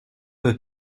veut